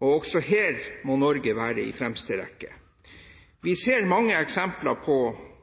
og også her må Norge være i fremste rekke. Vi ser mange eksempler på